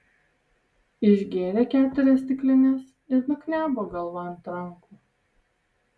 išgėrė keturias stiklines ir nuknebo galva ant rankų